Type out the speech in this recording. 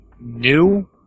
new